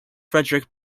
frederick